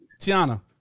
Tiana